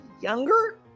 younger